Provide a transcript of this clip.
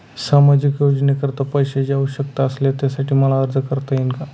सामाजिक योजनेकरीता पैशांची आवश्यकता असल्यास त्यासाठी मला अर्ज करता येईल का?